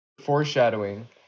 Foreshadowing